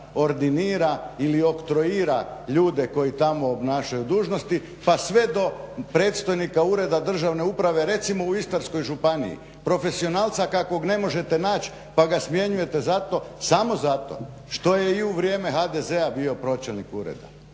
ordinira ili oktroira ljude koji tamo obnašaju dužnosti, a sve do predstojnika ureda državne uprave, recimo u Istarskoj županiji, profesionalca kakvog ne možete naći pa ga smjenjujete zato, samo zato što je i u vrijeme HDZ-a bio pročelnik ureda.